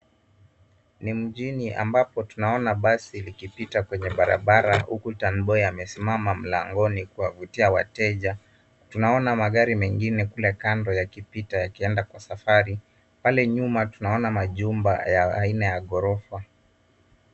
Ni mjini ambapo tunaona basi likipita kwenye barabara, huku taniboi amesimama mlangoni kuwavutia wateja. Tunaona magari mengine kule kando yakipita yakienda kwa safari. Pale nyuma tunaona majumba ya aina ya ghorofa.